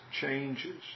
changes